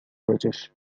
british